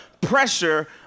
pressure